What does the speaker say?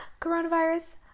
coronavirus